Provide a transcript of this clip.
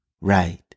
right